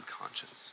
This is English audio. conscience